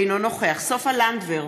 אינו נוכח סופה לנדבר,